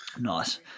Nice